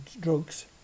drugs